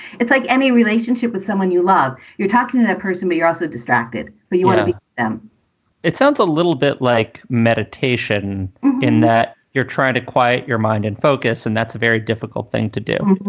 it's like any relationship with someone you love. you're talking to that person, but you're also distracted. but you want to be them it sounds a little bit like meditation in that you're trying to quiet your mind and focus. and that's a very difficult thing to do